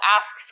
asks